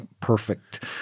perfect